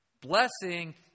Blessing